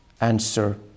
answer